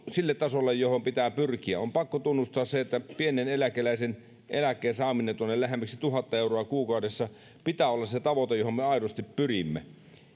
sille tasolle johon pitää pyrkiä on pakko tunnustaa se että pienen eläkeläisen eläkkeen saamisen tuonne lähemmäksi tuhatta euroa kuukaudessa pitää olla se tavoite johon me aidosti pyrimme